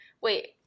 Wait